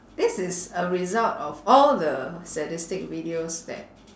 this is a result of all the sadistic videos that